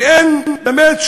ואין באמת,